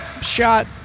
shot